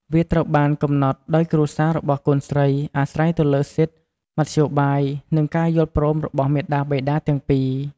វាត្រូវបានកំណត់ដោយគ្រួសាររបស់កូនស្រី អាស្រ័យទៅលើសិទ្ធិ មធ្យោបាយ និងការយល់ព្រមរបស់មាតាបិតាទាំងពីរ។